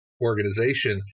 organization